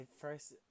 first